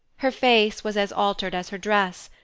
her face was as altered as her dress,